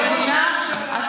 המדינה, ראש הממשלה.